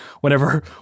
whenever